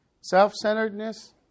Self-centeredness